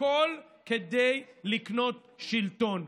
הכול כדי לקנות שלטון.